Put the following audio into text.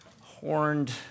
horned